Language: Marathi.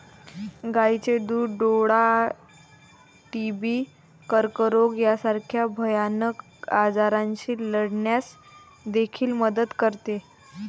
गायीचे दूध डोळा, टीबी, कर्करोग यासारख्या भयानक आजारांशी लढण्यास देखील मदत करते